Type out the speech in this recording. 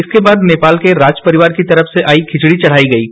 इसके बाद नेपाल के राजपरिवार की तरफ से आयी खिचड़ी चढ़ायी गयी